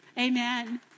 Amen